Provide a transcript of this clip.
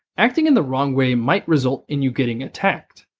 acting in the wrong way might result in you getting attacked.